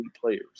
players